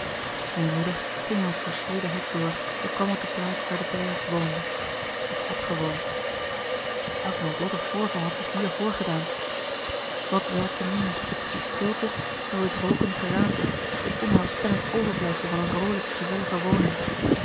weemoedig ging hij het verschroeide hek door en kwam op de plaats waar de pleyes woonde of had gewoond welk noodlottig voorval had zich hier voorgedaan wat werkte meer die stilte of wel dit rookende geraamte het onheilspellend overblijfsel van eene vrolijke gezellige woning